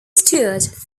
stewart